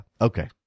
Okay